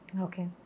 Okay